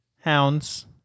Hounds